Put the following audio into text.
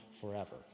forever